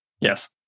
Yes